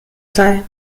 sei